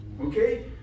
Okay